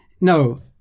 no